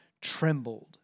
trembled